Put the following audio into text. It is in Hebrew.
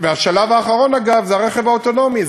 והשלב האחרון, אגב, זה הרכב האוטונומי.